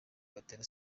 gatera